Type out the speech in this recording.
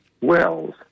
wells